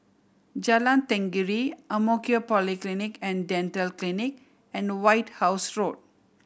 Jalan Tenggiri Ang Mo Kio Polyclinic and Dental Clinic and White House Road